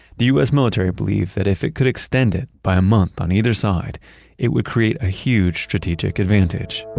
the u s. military believed that if it could extend it by a month on either side it would create a huge strategic advantage